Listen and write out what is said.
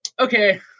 okay